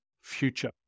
future